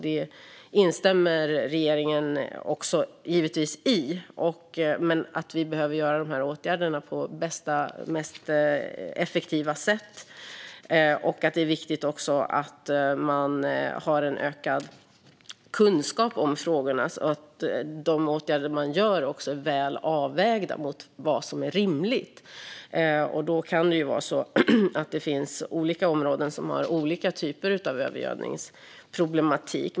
Det instämmer regeringen givetvis i. Vi behöver genomföra dessa åtgärder på det bästa och mest effektiva sättet, och det är också viktigt med ökad kunskap om frågorna så att de åtgärder man gör är väl avvägda mot vad som är rimligt. Då kan det finnas olika områden som har olika typer av övergödningsproblematik.